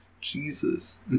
Jesus